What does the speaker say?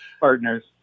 Partners